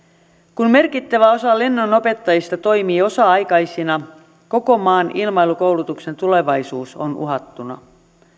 kun merkittävä osa lennonopettajista toimii osa aikaisina koko maan ilmailukoulutuksen tulevaisuus on uhattuna